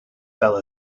fell